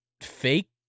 fake